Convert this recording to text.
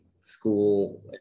school